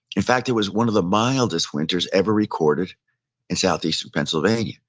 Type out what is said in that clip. in fact, it was one of the mildest winters ever recorded in southeast pennsylvania.